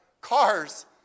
cars